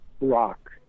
rock